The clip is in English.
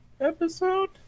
episode